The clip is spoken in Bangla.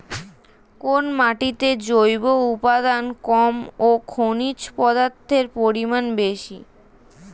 কোন মাটিতে জৈব উপাদান কম ও খনিজ পদার্থের পরিমাণ বেশি?